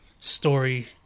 story